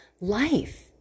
life